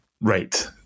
right